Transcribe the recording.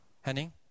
Henning